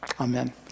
Amen